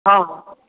हाँ हाँ हाँ